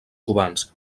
cubans